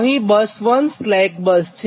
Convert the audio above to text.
અહી બસ 1 slack bus છે